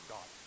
God